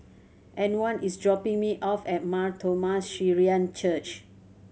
Antwan is dropping me off at Mar Thoma Syrian Church